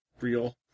real